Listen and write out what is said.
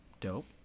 Dope